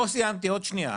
לא סיימתי, עוד שנייה.